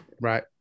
Right